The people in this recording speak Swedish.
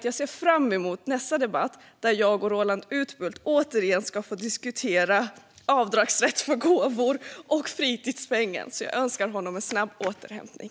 Jag ser fram emot nästa debatt där jag och Roland Utbult återigen ska få diskutera avdragsrätt för gåvor och fritidspeng. Jag önskar honom en snabb återhämtning!